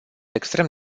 extrem